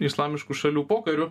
islamiškų šalių pokariu